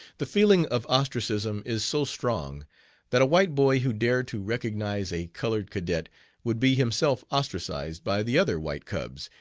the feeling of ostracism is so strong that a white boy who dared to recognize a colored cadet would be himself ostracized by the other white cubs,